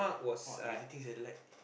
!wah! irritating sia the light